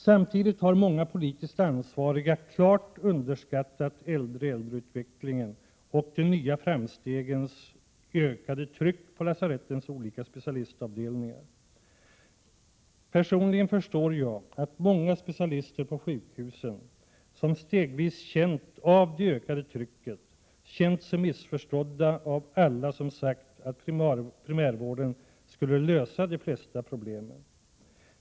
Samtidigt har många politiskt ansvariga klart underskattat äldre-äldreutvecklingen och det ökande trycket på lasarettens olika specialistavdelningar, vilket är en följd av de nya framstegen. Personligen förstår jag att många specialister på sjukhusen, som successivt upplevt det ökade trycket, har känt sig missförstådda av alla dem som sagt att primärvården skulle lösa de flesta problemen.